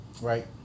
Right